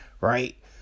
right